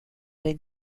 and